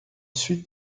suite